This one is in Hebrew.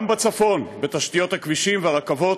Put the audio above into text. גם בצפון, בתשתיות הכבישים והרכבות,